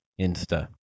Insta